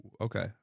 okay